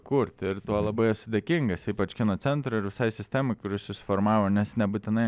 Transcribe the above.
kurti ir tuo labai esu dėkingas ypač kino centrui ir visai sistemai kuri susiformavo nes nebūtinai